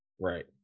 Right